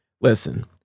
listen